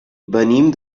venim